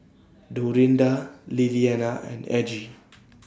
Dorinda Lilianna and Aggie